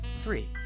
three